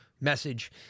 Message